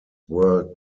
were